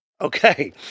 Okay